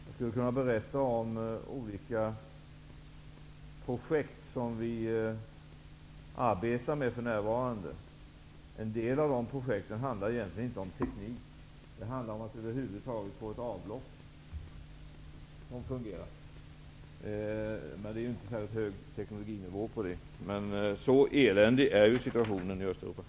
Jag skulle kunna berätta om olika projekt som vi för närvarande arbetar med. En del av projekten handlar egentligen inte om teknik, utan om att få ett avlopp som fungerar. Det är inte någon särskilt hög teknologinivå, men så eländig är situationen i